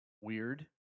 weird